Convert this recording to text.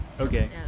Okay